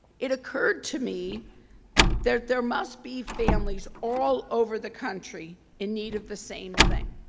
it occurred to me there there must be families all over the country in need of the same thing,